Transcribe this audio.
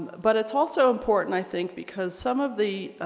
but it's also important i think because some of the